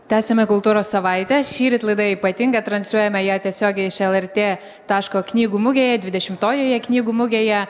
tęsiame kultūros savaitę šįryt laida ypatinga transliuojame ją tiesiogiai iš lrt taško knygų mugėje dvidešimtojoje knygų mugėje